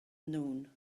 noon